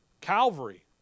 Calvary